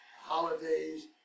holidays